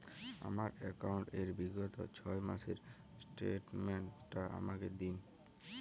আমার অ্যাকাউন্ট র বিগত ছয় মাসের স্টেটমেন্ট টা আমাকে দিন?